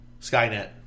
Skynet